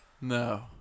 No